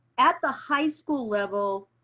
at the high school level,